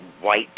white